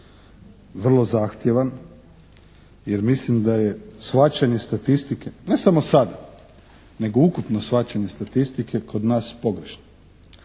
vrlo zahtjevan jer mislim da je shvaćanje statistike, ne samo sada nego ukupno shvaćanje statistike kod nas pogrešno.